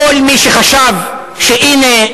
כל מי שחשב שהנה,